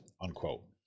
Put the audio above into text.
unquote